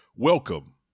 Welcome